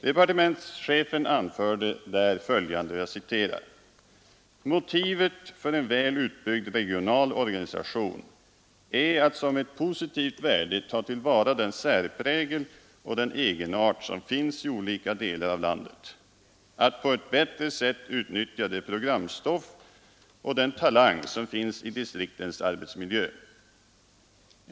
Departementschefen anförde där följande. ”Motivet för en väl utbyggd regional organisation är att som ett positivt värde ta till vara den särprägel och egenart som finns i olika delar av landet, att på ett bättre sätt utnyttja det programstoff och den talang som finns i distriktens arbetsmiljö.